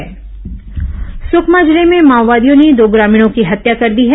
माओवादी समाचार सुकमा जिले में माओवादियों ने दो ग्रामीणों की हत्या कर दी है